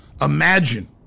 Imagine